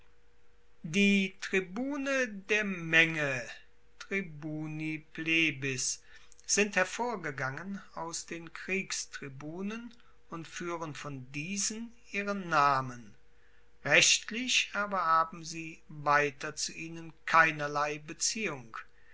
die tribune der menge tribuni plebis sind hervorgegangen aus den kriegstribunen und fuehren von diesen ihren namen rechtlich aber haben sie weiter zu ihnen keinerlei beziehung